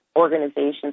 organizations